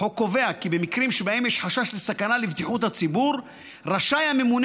החוק קובע כי במקרים שבהם יש חשש לסכנה לבטיחות הציבור רשאי הממונה